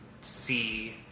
see